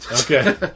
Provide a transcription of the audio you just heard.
Okay